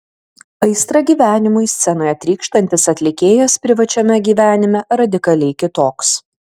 aistra gyvenimui scenoje trykštantis atlikėjas privačiame gyvenime radikaliai kitoks